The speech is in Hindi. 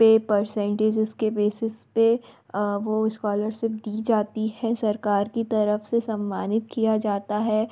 पर पर्सेंटेजस के बेसेस पर वो इस्कॉलरसिप दी जाती है सरकार की तरफ़ से सम्मानित किया जाता है